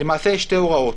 למעשה יש שתי הוראות.